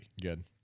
Good